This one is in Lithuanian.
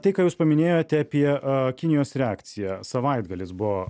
tai ką jūs paminėjote apie kinijos reakciją savaitgalis buvo